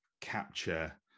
capture